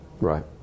Right